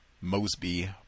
Mosby